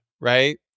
right